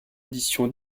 édition